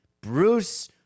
Bruce